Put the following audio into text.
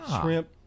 Shrimp